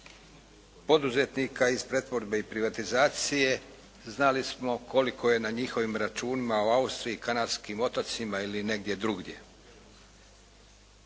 poduzetnika" iz pretvorbe i privatizacije. Znali smo koliko je na njihovim računima u Austriji, Kanarskim otocima ili negdje drugdje.